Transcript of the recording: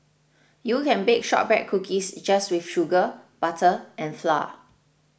you can bake Shortbread Cookies just with sugar butter and flour